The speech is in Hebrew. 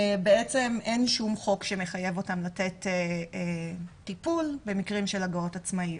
בעצם אין שום חוק שמחייב אותם לתת טיפול במקרים של הגעות עצמאיות.